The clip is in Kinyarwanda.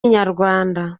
inyarwanda